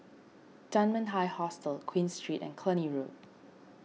Dunman High Hostel Queen Street and Cluny Road